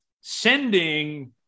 sending